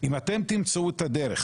אם אתם תמצאו את הדרך